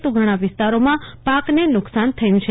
તો ઘણા વિસ્તારોમાં પાકને નુકશાન થયું છે